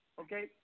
Okay